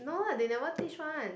no what they never teach one